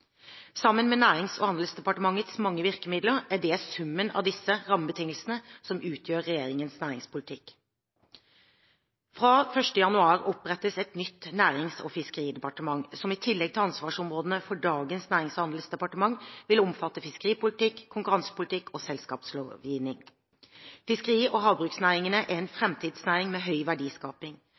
Sammen med Nærings- og handelsdepartementets mange virkemidler er det summen av disse rammebetingelsene som utgjør regjeringens næringspolitikk. Fra 1. januar 2014 opprettes et nytt nærings- og fiskeridepartement, som i tillegg til ansvarsområdene fra dagens nærings- og handelsdepartement vil omfatte fiskeripolitikk, konkurransepolitikk og selskapslovgivning. Fiskeri- og havbruksnæringen er en framtidsnæring med høy verdiskaping.